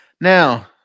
Now